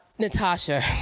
Natasha